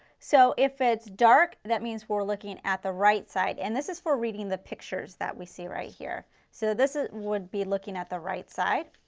so if it's dark, that means we are looking at the right side and this is for reading the pictures that we see right here. so ah would be looking at the right side,